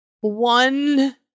one